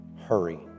hurry